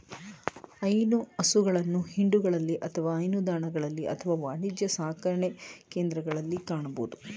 ಹೈನು ಹಸುಗಳನ್ನು ಹಿಂಡುಗಳಲ್ಲಿ ಅಥವಾ ಹೈನುದಾಣಗಳಲ್ಲಿ ಅಥವಾ ವಾಣಿಜ್ಯ ಸಾಕಣೆಕೇಂದ್ರಗಳಲ್ಲಿ ಕಾಣಬೋದು